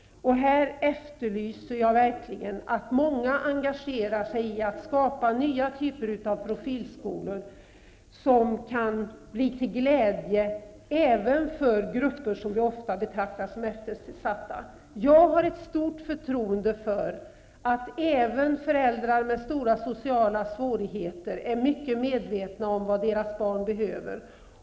Jag efterlyser verkligen här att många engagerar sig i att skapa nya typer av profilskolor som kan bli till glädje även för grupper som vi ofta betraktar som eftersatta. Jag har ett stort förtroende för att även föräldrar med stora sociala svårigheter är mycket medvetna om vad deras barn behöver.